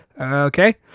okay